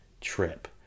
trip